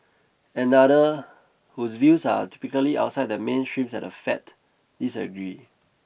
another whose views are typically outside the mainstreams at the Fed disagreed